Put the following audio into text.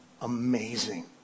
amazing